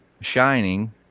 shining